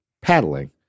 paddling